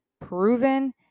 proven